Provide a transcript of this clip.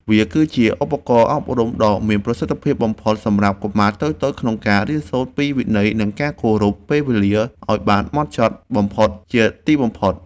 វាគឺជាឧបករណ៍អប់រំដ៏មានប្រសិទ្ធភាពបំផុតសម្រាប់កុមារតូចៗក្នុងការរៀនសូត្រពីវិន័យនិងការគោរពពេលវេលាឱ្យបានហ្មត់ចត់បំផុតជាទីបំផុត។